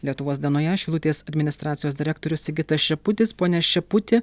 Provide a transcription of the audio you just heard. lietuvos dalyje šilutės administracijos direktorius sigitas šeputis pone šeputi